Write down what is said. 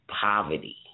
poverty